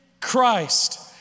Christ